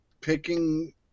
picking